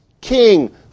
king